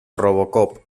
robocop